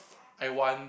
I want